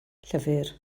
llyfr